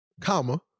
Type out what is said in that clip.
comma